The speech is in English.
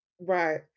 Right